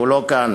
הוא לא כאן.